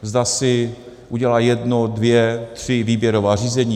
Zda si udělá jedno, dvě, tři výběrová řízení.